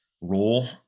role